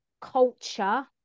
culture